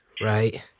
Right